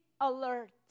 alert